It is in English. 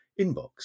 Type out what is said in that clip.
inbox